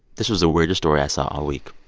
this was the weirdest story i saw all week.